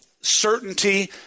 certainty